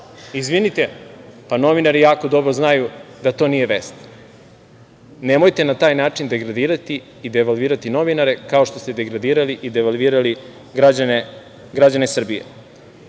izvinite, pa novinari jako dobro znaju da to nije vest. Nemojte na taj način degradirati i devalvirati novinare kao što ste degradirali i devalvirali građane Srbije. Videli